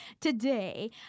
today